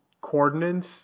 coordinates